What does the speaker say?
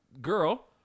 girl